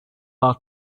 our